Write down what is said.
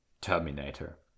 terminator